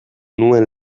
nuen